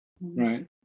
Right